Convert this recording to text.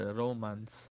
romance